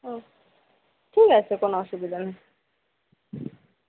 হুম ঠিক আছে কোনও অসুবিধা নেই